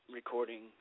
recording